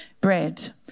bread